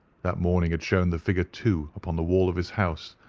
that morning had shown the figure two upon the wall of his house,